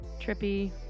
trippy